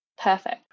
Perfect